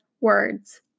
words